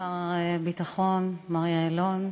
שר הביטחון מר יעלון,